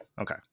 Okay